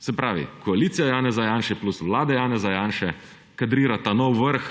Se pravi, koalicija Janeza Janše plus vlada Janeza Janše kadrirata nov vrh